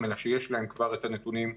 אלא שיש להם כבר את הנתונים,